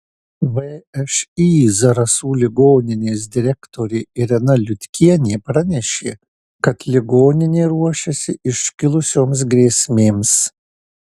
všį zarasų ligoninės direktorė irena liutkienė pranešė kad ligoninė ruošiasi iškilusioms grėsmėms